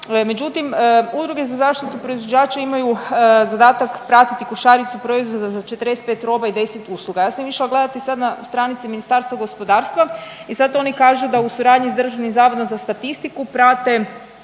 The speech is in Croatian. međutim, udruge za zaštitu proizvođača imaju zadatak pratiti košaricu proizvoda za 45 roba i 10 usluga. Ja sam išla gledati sad na stranici Ministarstva gospodarstva i sad oni kažu da u suradnji s Državnim zavodom za statistiku prate